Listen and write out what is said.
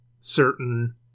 certain